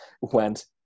went